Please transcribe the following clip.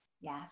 Yes